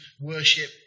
worship